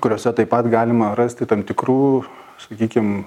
kuriuose taip pat galima rasti tam tikrų sakykim